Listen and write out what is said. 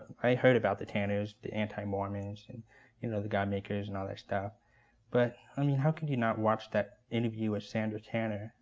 i heard about the tanners, the anti-mormons, and you know the god makers and all that stuff but i mean how can you not watch that interview with sandra tanner?